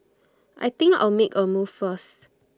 I think I'll make A move first